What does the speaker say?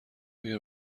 اگر